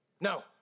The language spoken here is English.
no